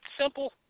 simple